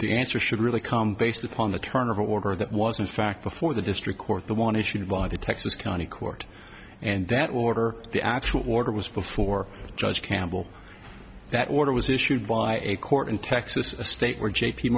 the answer should really come based upon the turnover order that was in fact before the district court the want to shoot by the texas county court and that order the actual order was before judge campbell that order was issued by a court in texas a state where j p